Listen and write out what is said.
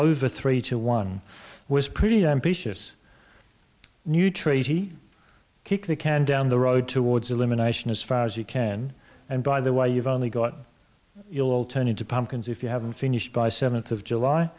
over three to one was pretty ambitious new treaty kick the can down the road towards elimination as far as you can and by the way you've only got you'll turn into pumpkins if you haven't finished by seventh of july